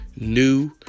new